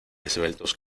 esbeltos